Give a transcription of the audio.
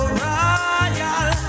royal